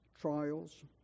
trials